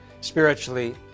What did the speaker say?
spiritually